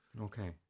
Okay